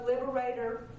liberator